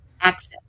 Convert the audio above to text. access